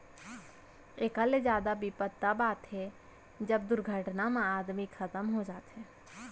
एकर ले जादा बिपत तव आथे जब दुरघटना म आदमी खतम हो जाथे